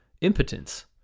impotence